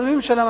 אבל מי משלם?